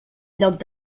lloc